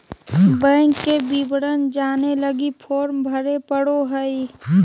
bank के विवरण जाने लगी फॉर्म भरे पड़ो हइ